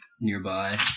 nearby